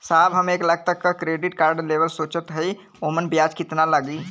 साहब हम एक लाख तक क क्रेडिट कार्ड लेवल सोचत हई ओमन ब्याज कितना लागि?